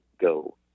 go